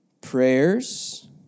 prayers